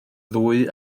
ddwy